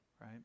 right